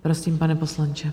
Prosím, pane poslanče.